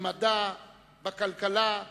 במדע, בכלכלה,